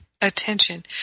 attention